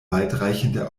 weitreichende